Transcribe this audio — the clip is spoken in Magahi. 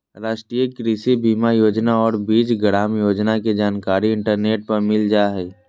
राष्ट्रीय कृषि बीमा योजना और बीज ग्राम योजना के जानकारी इंटरनेट पर मिल जा हइ